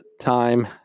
time